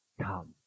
Come